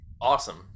awesome